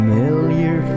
Familiar